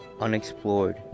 unexplored